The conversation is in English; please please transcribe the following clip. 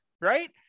Right